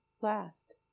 last